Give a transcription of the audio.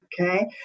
Okay